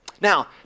now